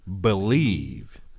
believe